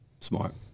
Smart